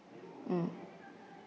mm